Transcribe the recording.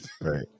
Right